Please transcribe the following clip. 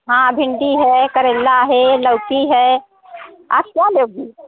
हाँ भिन्डी है करेला है लौकी है आप क्या लोगी